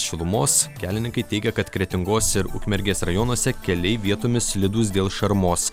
šilumos kelininkai teigia kad kretingos ir ukmergės rajonuose keliai vietomis slidūs dėl šarmos